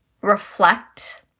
reflect